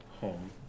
home